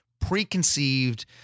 preconceived